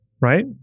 right